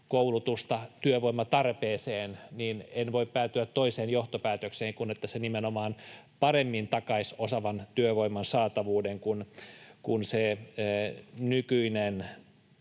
koulutusta työvoimatarpeeseen, niin en voi päätyä toiseen johtopäätökseen kuin että se nimenomaan paremmin takaisi osaavan työvoiman saatavuuden kuin se nykyinen